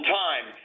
time